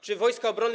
Czy Wojska Obrony.